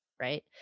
right